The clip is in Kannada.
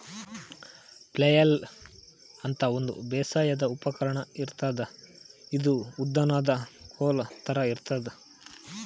ಫ್ಲೆಯ್ಲ್ ಅಂತಾ ಒಂದ್ ಬೇಸಾಯದ್ ಉಪಕರ್ಣ್ ಇರ್ತದ್ ಇದು ಉದ್ದನ್ದ್ ಕೋಲ್ ಥರಾ ಇರ್ತದ್